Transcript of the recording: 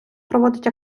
проводить